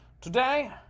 Today